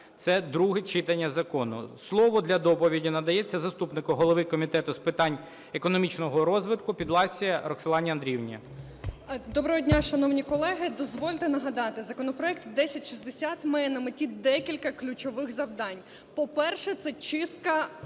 Це друге читання закону. Слово для доповіді надається заступнику голови Комітету з питань економічного розвитку Підласі Роксолані Андріївні. 12:51:34 ПІДЛАСА Р.А. Доброго дня, шановні колеги! Дозвольте нагадати: законопроект 1060 має на меті декілька ключових завдань. По-перше, це чистка